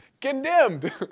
Condemned